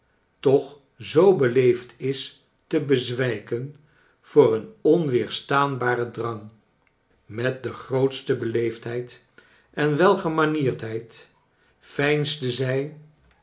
toch zoo beleefd is te bezwijken voor een onweerstaanbaren drang met de grootste beleefdheid en welgemanierdheid veinsde zij